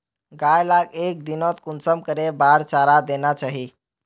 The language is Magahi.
गाय लाक एक दिनोत कुंसम करे बार चारा देना चही?